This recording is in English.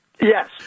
yes